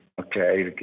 Okay